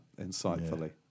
insightfully